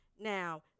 Now